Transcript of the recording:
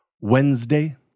Wednesday